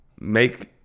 make